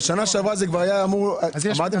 אבל בשנה שעברה זה כבר היה אמור אמרתם